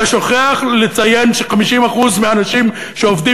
אתה שוכח לציין ש-50% מהאנשים שעובדים